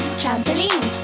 trampoline